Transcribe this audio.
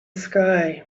sky